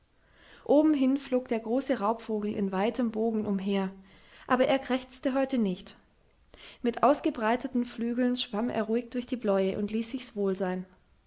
obenhin flog der große raubvogel in weiten bogen umher aber er krächzte heute nicht mit ausgebreiteten flügeln schwamm er ruhig durch die bläue und ließ sich's wohl sein